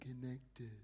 connected